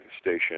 station